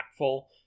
impactful